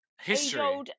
History